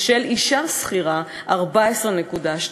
ושל אישה שכירה 14.2,